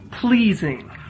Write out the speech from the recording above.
pleasing